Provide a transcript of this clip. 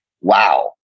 wow